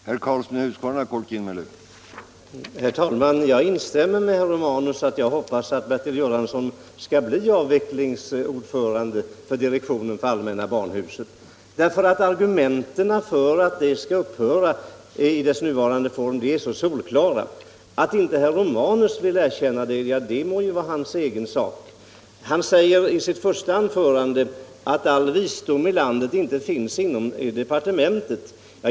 Herr talman! Jag instämmer med herr Romanus så till vida att också jag hoppas att Bertil Göransson skall bli avvecklingsordförande för direktionen för allmänna barnhuset, därför att argumenten för att det i sin nuvarande form skall upphöra är så solklara. Att inte herr Romanus vill erkänna det må vara hans ensak. Han säger i sitt första anförande att all visdom i landet inte finns inom departementet.